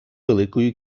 великою